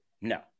no